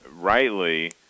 rightly